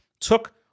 took